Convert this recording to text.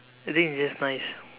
I think it's just nice